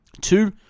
Two